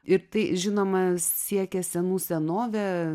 ir tai žinoma siekia senų senovę